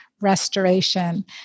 restoration